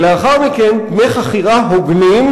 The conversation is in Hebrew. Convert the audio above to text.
ולאחר מכן דמי חכירה הוגנים,